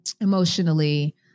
emotionally